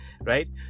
right